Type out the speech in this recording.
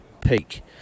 peak